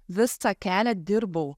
visą kelią dirbau